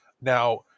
Now